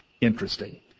Interesting